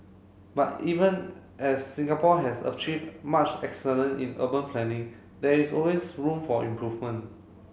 but even as Singapore has achieved much excellent in urban planning there is always room for improvement